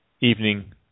evening